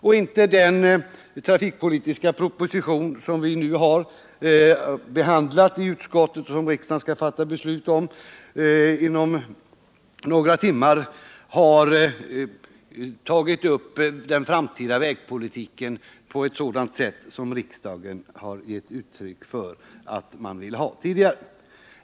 Inte heller den trafikpolitiska proposition som vi nu har behandlat i utskottet och som riksdagen skall fatta beslut om inom några timmar har tagit upp den framtida vägpolitiken på ett sådant sätt som riksdagen tidigare har gett uttryck för att man vill ha.